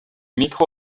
micro